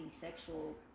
sexual